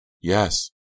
yes